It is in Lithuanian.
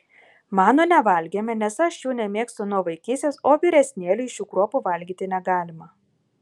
manų nevalgėme nes aš jų nemėgstu nuo vaikystės o vyresnėliui šių kruopų valgyti negalima